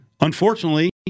unfortunately